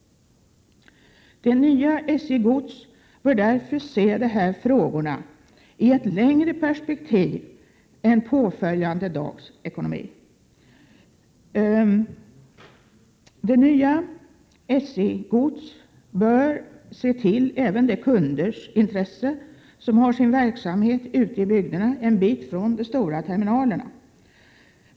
Det nya SJ Gods bör därför se de här frågorna i ett längre perspektiv än påföljande dags ekonomi. Det nya SJ Gods bör se till även de kunders intresse som har sin verksamhet ute i bygderna en bit från de stora terminalerna.